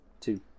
Two